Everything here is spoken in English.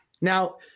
Now